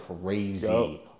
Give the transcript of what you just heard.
crazy